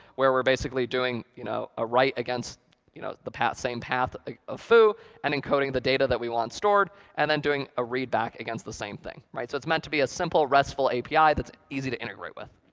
where we're basically doing you know a write against you know the path same path of foo and encoding the data that we want stored, and then doing a readback against the same thing. so it's meant to be a simple restful api that's easy to integrate with.